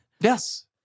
Yes